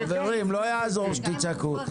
מחיר יקר --- חברים לא יעזור אם תצעקו.